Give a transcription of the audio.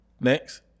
Next